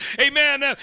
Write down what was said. Amen